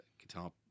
guitar